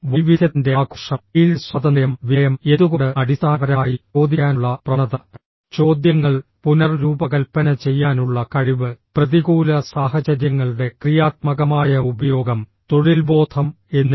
വൈവിധ്യത്തിന്റെ ആഘോഷം ഫീൽഡ് സ്വാതന്ത്ര്യം വിനയം എന്തുകൊണ്ട് അടിസ്ഥാനപരമായി ചോദിക്കാനുള്ള പ്രവണത ചോദ്യങ്ങൾ പുനർരൂപകൽപ്പന ചെയ്യാനുള്ള കഴിവ് പ്രതികൂല സാഹചര്യങ്ങളുടെ ക്രിയാത്മകമായ ഉപയോഗം തൊഴിൽബോധം എന്നിവ